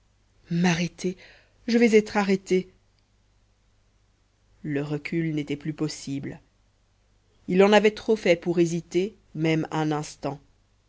m'arrêter je vais être arrêté le recul n'était plus possible il en avait trop fait pour hésiter même un instant